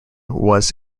was